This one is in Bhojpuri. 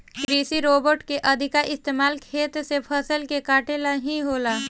कृषि रोबोट के अधिका इस्तमाल खेत से फसल के काटे ला ही होला